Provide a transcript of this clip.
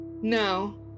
No